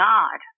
God